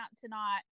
tonight